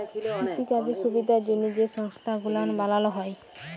কিসিকাজের সুবিধার জ্যনহে যে সংস্থা গুলান বালালো হ্যয়